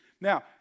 Now